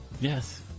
Yes